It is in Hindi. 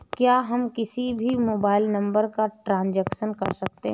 क्या हम किसी भी मोबाइल नंबर का ट्रांजेक्शन कर सकते हैं?